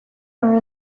are